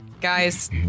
Guys